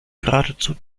geradezu